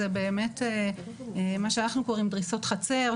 זה באמת מה שאנחנו קוראים דריסות חצר,